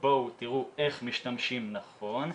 בואו תראו איך משתמשים נכון,